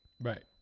right